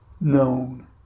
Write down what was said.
known